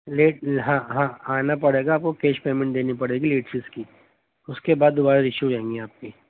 late ہاں ہاں آنا پڑے گا آپ کو کیش پیمنٹ دینی پڑے گی لیٹ فیس کی اس کے بعد دوبارہ ایشو جائیں گی آپ کی